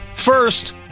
First